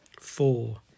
Four